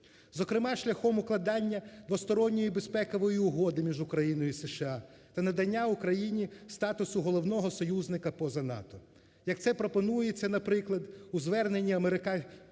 зокрема шляхом укладання двосторонньої безпекової угоди між Україною та США та надання Україні статусу головного союзника поза НАТО, як це пропонується, наприклад, у зверненні американському